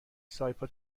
سایپا